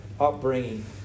upbringing